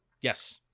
Yes